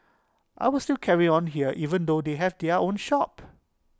I would still carry on here even though they have their own shop